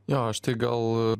jo aš tai gal